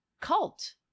cult